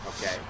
Okay